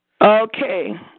Okay